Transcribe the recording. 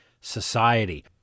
society